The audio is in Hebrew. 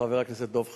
חבר הכנסת דב חנין,